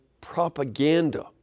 propaganda